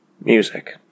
Music